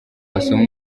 basoma